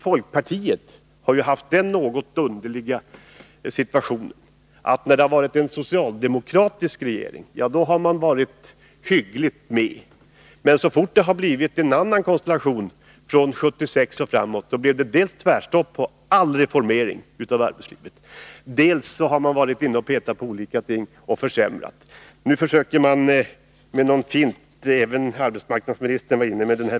Folkpartiet har haft den något underliga inställningen att när regeringen har varit socialdemokratisk har man varit hyggligt med, men så fort det blev en annan konstellation — från 1976 och framåt — blev det tvärstopp för all reformering av arbetslivet. Man har i stället varit framme och petat i olika ting och försämrat för arbetstagarna.